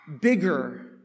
bigger